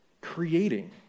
creating